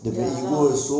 ya lah